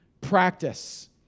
practice